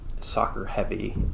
soccer-heavy